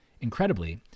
Incredibly